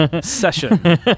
session